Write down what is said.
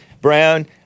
Brown